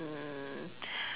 mm